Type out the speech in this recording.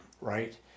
right